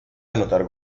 anotar